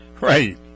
right